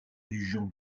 légion